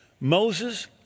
Moses